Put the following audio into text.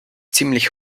ziemlich